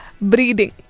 Breathing